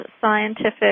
scientific